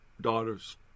daughters